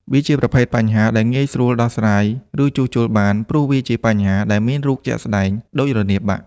វាជាប្រភេទបញ្ហាដែលងាយស្រួលដោះស្រាយ ឬជួសជុលបាន ព្រោះវាជាបញ្ហាដែលមានរូបជាក់ស្ដែងដូចរនាបបាក់។